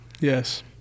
Yes